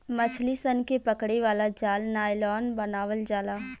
मछली सन के पकड़े वाला जाल नायलॉन बनावल जाला